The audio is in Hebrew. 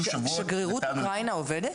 שבועות --- שגרירות אוקראינה עובדת?